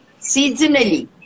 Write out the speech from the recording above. seasonally